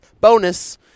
bonus